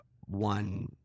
one